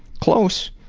close.